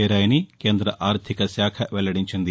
చేరాయని కేంద్ర ఆర్లిక శాఖ వెల్లడించింది